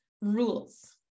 rules